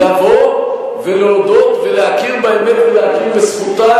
לבוא ולהודות ולהכיר באמת ולהכיר בזכותנו